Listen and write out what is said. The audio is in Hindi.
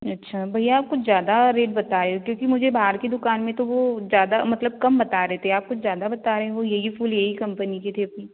अच्छा भैया आप कुछ ज़्यादा रेट बताए हो क्योंकि मुझे बाहर की दुकान में तो वो ज़्यादा मतलब कम बता रहे थे आप कुछ ज़्यादा बता रहे हो यही फूल यही कंपनी के थे भी